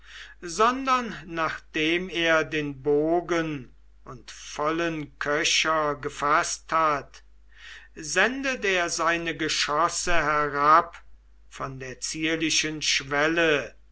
sondern nachdem er den bogen und vollen köcher gefaßt hat sendet er seine geschosse herab von der zierlichen schwelle